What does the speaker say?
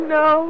no